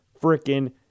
freaking